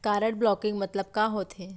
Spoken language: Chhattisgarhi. कारड ब्लॉकिंग मतलब का होथे?